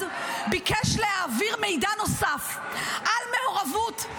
ביקש להעביר מידע נוסף על מעורבות,